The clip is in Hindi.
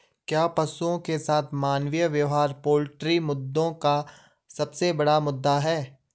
क्या पशुओं के साथ मानवीय व्यवहार पोल्ट्री मुद्दों का सबसे बड़ा मुद्दा है?